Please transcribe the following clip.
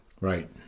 right